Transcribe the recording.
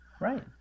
Right